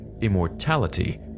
immortality